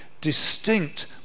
distinct